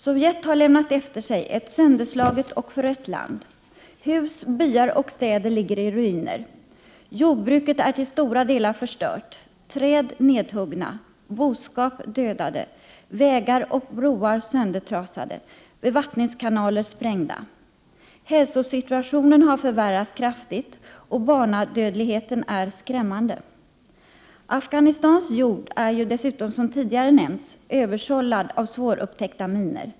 Sovjet lämnar efter sig ett sönderslaget och förött land. Hus, byar och städer ligger i ruiner. Jordbruket är till stor del förstört, träden nedhuggna, boskap har dödats, vägar och broar är söndertrasade och bevattningskanaler har sprängts. Hälsosituationen har förvärrats kraftigt, och barnadödligheten är skrämmande. Afghanistans jord är dessutom, som tidigare nämnts, översållad av svårupptäckta minor.